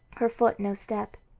her foot no step.